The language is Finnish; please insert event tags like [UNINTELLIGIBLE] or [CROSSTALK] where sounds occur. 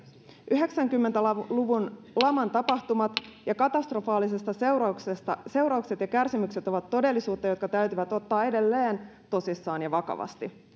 yhdeksänkymmentä luvun laman tapahtumat ja katastrofaaliset seuraukset ja kärsimykset ovat todellisuutta jotka täytyy ottaa edelleen tosissaan ja vakavasti [UNINTELLIGIBLE]